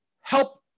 help